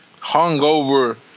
hungover